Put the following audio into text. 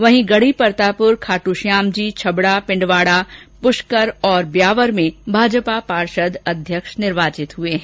वहीं गढी परतापुर खाट्श्यामजी छबड़ा पुष्कर और ब्यावर में भाजपा पार्षद अध्यक्ष निर्वाचित हुए हैं